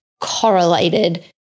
correlated